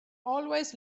always